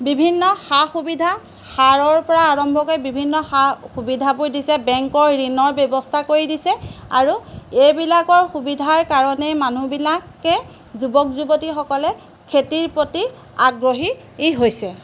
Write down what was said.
বিভিন্ন সা সুবিধা সাৰৰপৰা আৰম্ভ কৰি বিভিন্ন সা সুবিধাবোৰ দিছে বেংকৰ ঋণৰ ব্যৱস্থা কৰি দিছে আৰু এইবিলাকৰ সুবিধাৰ কাৰণেই মানুহবিলাকে যুৱক যুৱতীসকলে খেতিৰ প্ৰতি আগ্ৰহী হৈছে